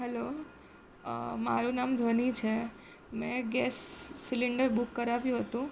hello મારું નામ ધ્વનિ છે મેં ગેસ સિલિન્ડર બુક કરાવ્યું હતું